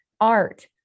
art